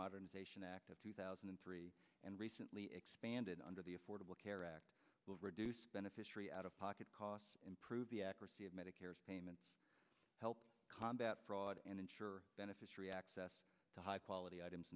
modernization act of two thousand and three and recently expanded under the affordable care act will reduce beneficiary out of pocket costs improve the accuracy of medicare payments help combat fraud and ensure benefits react to hype quality items